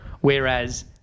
Whereas